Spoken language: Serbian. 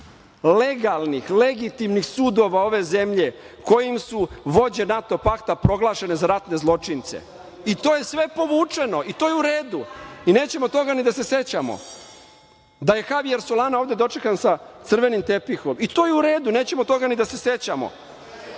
legalnih, legitimnih sudova ove zemlje kojim su vođe NATO pakta proglašene za ratne zločince i to je sve povučeno i to je u redu. Nećemo toga ni da se sećamo, da je Havijer Solana ovde dočekan sa crvenim tepihom. To je u redu, nećemo toga ni da se sećamo.